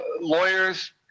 lawyers